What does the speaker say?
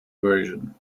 version